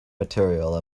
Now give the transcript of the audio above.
material